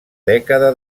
dècada